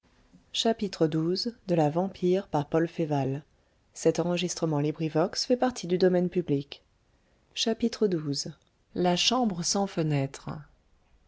servie la chambre sans fenêtres